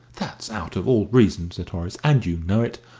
that's out of all reason, said horace, and you know it.